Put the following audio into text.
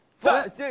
first. yeah